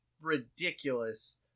ridiculous